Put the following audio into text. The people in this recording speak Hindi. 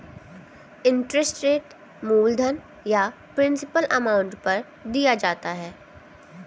इंटरेस्ट रेट मूलधन या प्रिंसिपल अमाउंट पर दिया जाता है